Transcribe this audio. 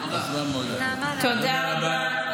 תודה רבה.